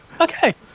okay